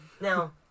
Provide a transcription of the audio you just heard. Now